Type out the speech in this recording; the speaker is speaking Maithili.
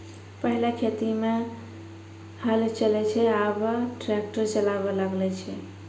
पहिलै खेत मे हल चलै छलै आबा ट्रैक्टर चालाबा लागलै छै